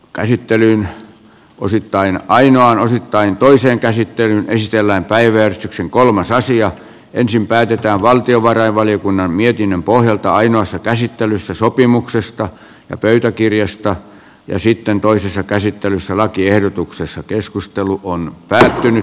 käsittelimme osittain ainoan osittain toisen käsittelyn siellä päivystyksen kolmas asia ensin päätetään valtiovarainvaliokunnan mietinnön pohjalta ainoassa käsittelyssä sopimuksesta ja pöytäkirjasta ja sitten toisessa käsittelyssä lakiehdotuksessa keskustelu on päättynyt